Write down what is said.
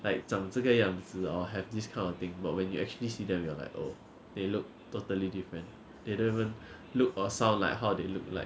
like 长这个样子 or have this kind of thing but when you actually see them you are like oh they look totally different they didn't even look or sound like how they look like